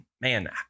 man